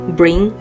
bring